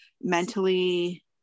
mentally